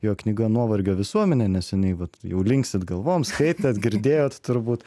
jo knyga nuovargio visuomenė neseniai vat jau linksit galvom skaitėt girdėjot turbūt